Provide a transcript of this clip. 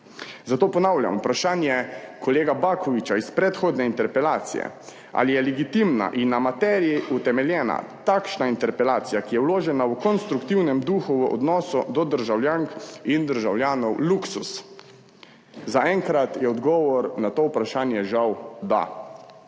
Zato ponavljam vprašanje kolega Bakovića iz predhodne interpelacije: »Ali je legitimna in na materiji utemeljena takšna interpelacija, ki je vložena v konstruktivnem duhu v odnosu do državljank in državljanov, luksuz?« Zaenkrat je odgovor na to vprašanje žal, da.